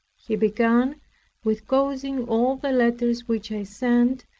he began with causing all the letters which i sent,